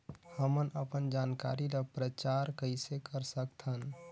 हमन अपन जानकारी ल प्रचार कइसे कर सकथन?